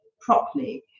properly